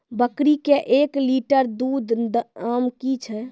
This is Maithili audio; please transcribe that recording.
बकरी के एक लिटर दूध दाम कि छ?